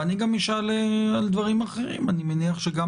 ואני גם אשאל על דברים אחרים: אני מניח שגם